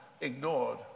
ignored